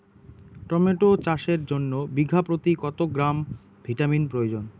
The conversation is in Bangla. টমেটো চাষের জন্য বিঘা প্রতি কত গ্রাম ভিটামিন প্রয়োজন?